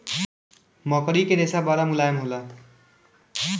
मकड़ी के रेशा बड़ा मुलायम होला